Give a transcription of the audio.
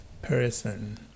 person